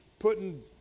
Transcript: putting